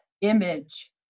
image